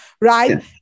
Right